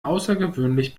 außergewöhnlich